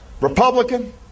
Republican